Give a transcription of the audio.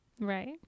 Right